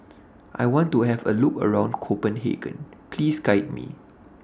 I want to Have A Look around Copenhagen Please Guide Me